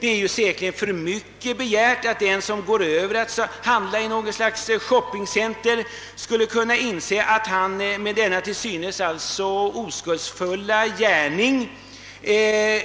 Det är säkerligen för mycket begärt att den som går över till att handla i shoppingcenter skulle kunna inse att han med denna till synes oskuldsfulla gärning